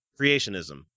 Creationism